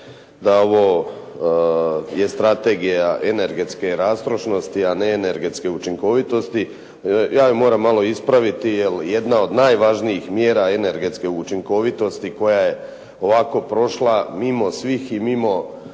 da ovo je strategija energetske rastrošnosti, a ne energetske učinkovitosti. Ja ju moram malo ispraviti jer jedna od najvažnijih mjera energetske učinkovitosti koja je ovako prošla mimo svih i mimo